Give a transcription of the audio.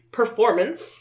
performance